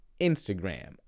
Instagram